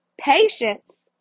Patience